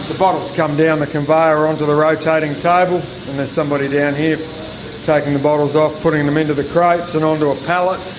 bottles come down the conveyor onto the rotating table, and there's somebody down here taking the bottles off, putting them into the crates and onto a pallet